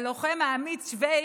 הלוחם האמיץ שווייק,